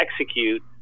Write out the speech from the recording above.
execute